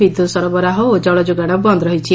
ବିତ୍ୟୁତ୍ ସରବରାହ ଓ ଜଳ ଯୋଗାଶ ବନ୍ଦ ରହିଛି